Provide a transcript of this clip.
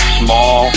small